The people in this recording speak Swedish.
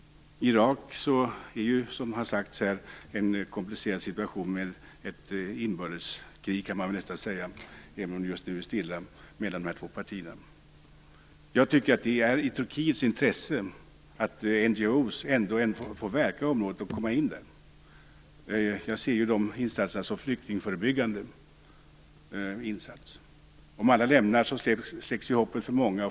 I Irak råder ju, som har sagts här, en komplicerad situation med ett inbördeskrig, även om det just nu är stilla, mellan de två partierna. Jag tycker att det ligger i Turkiets intresse att NGO:er får verka i området och komma in där. Jag ser deras insatser som flyktingförebyggande insatser. Om alla dessa lämnar området släcks hoppet för många.